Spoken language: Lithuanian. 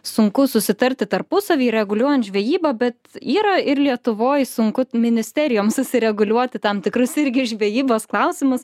sunku susitarti tarpusavy reguliuojant žvejybą bet yra ir lietuvoj sunku ministerijoms susireguliuoti tam tikrus irgi žvejybos klausimus